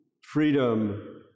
freedom